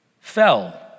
fell